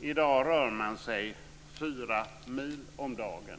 I dag rör man sig 4 mil om dagen.